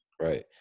right